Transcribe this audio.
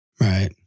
Right